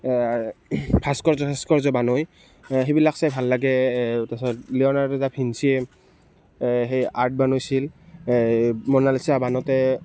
ভাস্কৰ্য্য চাচকৰ্য্য বনায় সেইবিলাক চাই ভাল লাগে তাৰ পাছত লিঅ'নাৰ্দ' ডা ভিঞ্চিয়ে সেই আৰ্ট বনাইছিল মনালিছা বনাওঁতে